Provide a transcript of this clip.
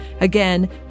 Again